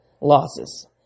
losses